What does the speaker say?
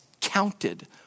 counted